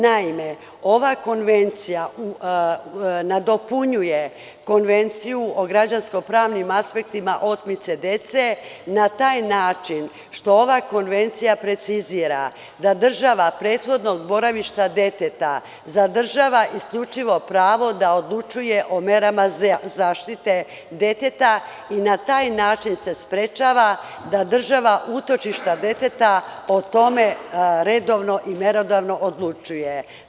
Naime, ova konvencija nadopunjuje konvenciju o građansko pravnim aspektima otmice dece, na taj način što ova konvencija precizira da država prethodnog boravišta deteta zadržava isključivo pravo da odlučuje o merama zaštite deteta i na taj način sesprečava da država utočišta deteta o tome redovno i merodavno odlučuje.